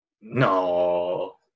No